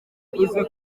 yavuze